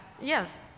Yes